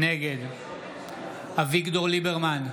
נגד אביגדור ליברמן,